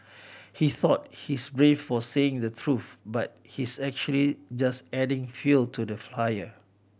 he thought he's brave for saying the truth but he's actually just adding fuel to the fire